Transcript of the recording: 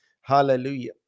hallelujah